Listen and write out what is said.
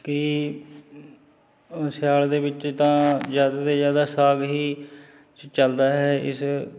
ਕਿ ਅ ਸਿਆਲ ਦੇ ਵਿੱਚ ਤਾਂ ਜ਼ਿਆਦਾ ਤੋਂ ਜ਼ਿਆਦਾ ਸਾਗ ਹੀ ਚੱਲਦਾ ਹੈ ਇਸ